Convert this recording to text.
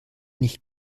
nicht